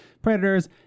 Predators